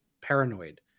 paranoid